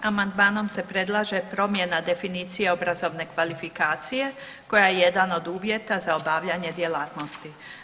Amandman se predlaže promjena definicije obrazovne kvalifikacije koja je jedan od uvjeta za obavljanje djelatnosti.